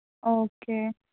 okay